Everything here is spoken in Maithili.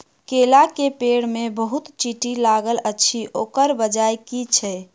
केला केँ पेड़ मे बहुत चींटी लागल अछि, ओकर बजय की छै?